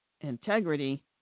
integrity